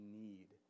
need